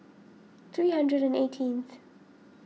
three hundred and eighteenth